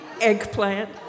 eggplant